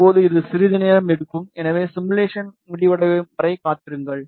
இப்போது இது சிறிது நேரம் எடுக்கும் எனவே சிமுலேஷன் முடிவடையும் வரை காத்திருங்கள்